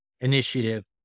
initiative